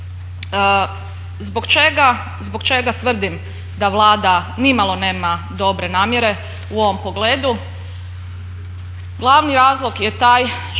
Zbog čega tvrdim da Vlada nimalo nema dobre namjere u ovom pogledu,